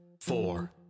four